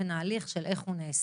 לשיח על אופן ההליך, איך הוא נעשה.